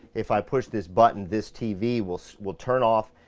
if i push this button, this tv will so will turn off.